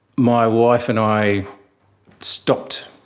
my wife and i stopped,